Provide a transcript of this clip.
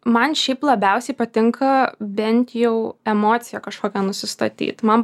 man šiaip labiausiai patinka bent jau emociją kažkokią nusistatyt man